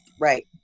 Right